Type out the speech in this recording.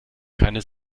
keine